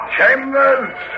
Chambers